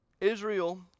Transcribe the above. Israel